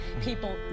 People